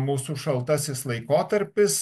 mūsų šaltasis laikotarpis